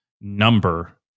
number